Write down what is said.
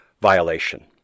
violation